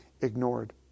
ignored